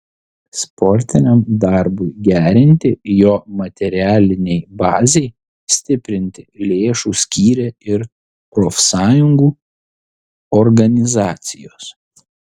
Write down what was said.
sportiniam darbui gerinti jo materialinei bazei stiprinti lėšų skyrė ir profsąjungų organizacijos